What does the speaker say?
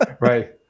right